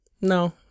No